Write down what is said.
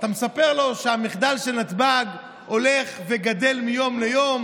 אתה מספר לו שהמחדל של נתב"ג הולך וגדל מיום ליום,